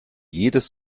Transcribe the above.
jedes